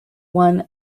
one